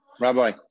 Rabbi